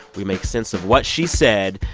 we make sense of what she said.